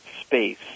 space